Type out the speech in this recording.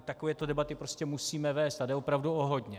Takovéto debaty prostě musíme vést a jde opravdu o hodně.